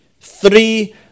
three